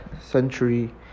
century